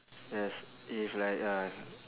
yes if like uh